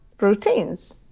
routines